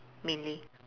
mainly